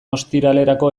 ostiralerako